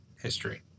history